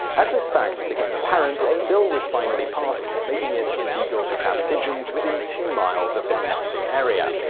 as this fact became apparent, a bill was finally passed making it illegal to trap pigeons within two miles of their nesting area.